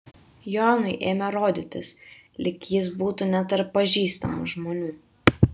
jonui ėmė rodytis lyg jis būtų ne tarp pažįstamų žmonių